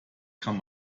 kann